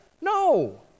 no